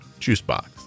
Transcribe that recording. juicebox